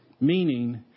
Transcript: Meaning